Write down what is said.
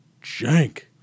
jank